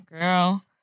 Girl